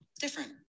different